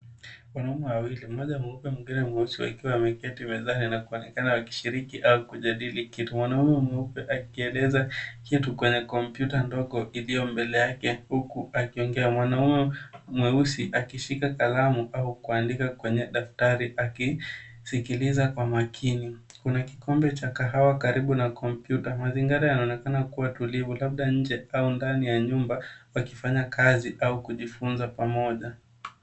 Wanaume wawili mmoja mweupe mwengine mweusi wakiwa wameketi mezani na kuonekana wakishiriki au kujadili kitu. Mwanamume mweupe akieleza kitu kwenye kompyuta ndogo iliyo mbele yake huku akiongea. Mwanamume mweusi akishika kalamu au kuandika kwenye daftari akisikiliza kwa makini. Kuna kikombe cha kahawa karibu na kompyuta. Mazingara yanaonekana kuwa tulivu, labda nje au ndani ya nyumba wakifanya kazi au kujifunza pamoja.